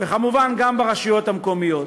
וכמובן גם ברשויות המקומיות.